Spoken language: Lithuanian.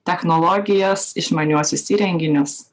technologijas išmaniuosius įrenginius